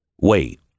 Wait